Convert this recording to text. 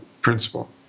principle